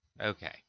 Okay